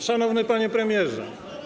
Szanowny Panie Premierze!